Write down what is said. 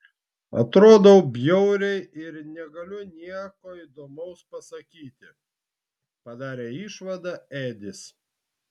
atrodau bjauriai ir negaliu nieko įdomaus pasakyti padarė išvadą edis